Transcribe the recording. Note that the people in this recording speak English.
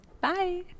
Bye